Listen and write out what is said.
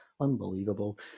unbelievable